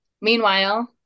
meanwhile